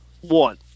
One